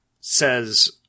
says